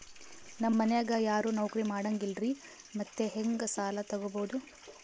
ನಮ್ ಮನ್ಯಾಗ ಯಾರೂ ನೌಕ್ರಿ ಮಾಡಂಗಿಲ್ಲ್ರಿ ಮತ್ತೆಹೆಂಗ ಸಾಲಾ ತೊಗೊಬೌದು?